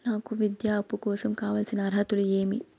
నాకు విద్యా అప్పు కోసం కావాల్సిన అర్హతలు ఏమి?